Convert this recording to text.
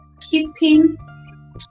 keeping